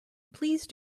please